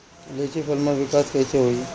लीची फल में विकास कइसे होई?